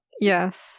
Yes